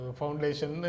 foundation